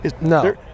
No